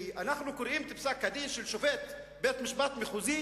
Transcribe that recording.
אנחנו קוראים בפסק-הדין של שופט בית-משפט מחוזי